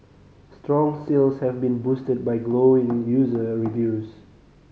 strong sales have been boosted by glowing user reviews